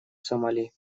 сомали